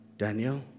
Daniel